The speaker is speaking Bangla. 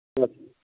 ঠিক আছে